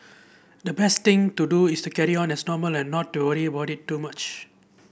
the best thing to do is to carry on as normal and not to worry about it too much